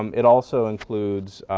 um it also includes